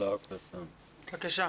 בבקשה.